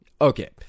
Okay